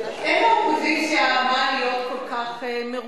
אין לאופוזיציה מה להיות כל כך מרוצים.